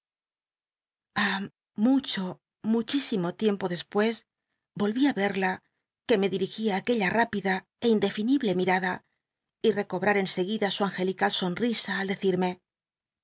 mucho muchísimo tiempo dcspues vold l verla que me dil'igia aquella rápida é indefin ible mirada y recobra r en seguida su angel ical sonrisa al